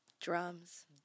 Drums